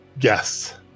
Yes